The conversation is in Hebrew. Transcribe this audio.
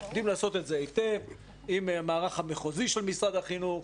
עם המערך המחוזי של משרד החינוך,